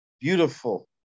beautiful